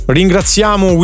ringraziamo